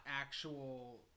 actual